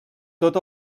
tot